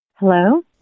Hello